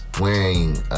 wearing